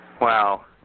Wow